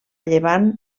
llevant